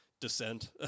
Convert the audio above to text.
Descent